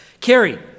Carrie